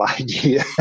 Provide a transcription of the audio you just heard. idea